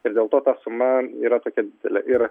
ir dėl to ta suma yra tokia didelė ir